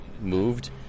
moved